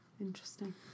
Interesting